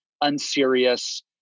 unserious